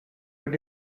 but